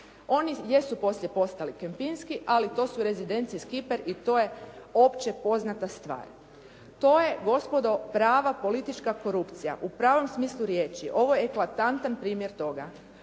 Oni jesu poslije postali kempinski, ali to su rezidencije "Skiper" i to je opće poznata stvar. To je gospodo prava politička korupcija u pravom smislu riječi. Ovo je eklatantan primjer toga.